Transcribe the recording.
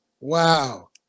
Wow